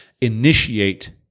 initiate